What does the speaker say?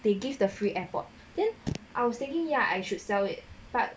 they give the free airpod then I was thinking ya I should sell it but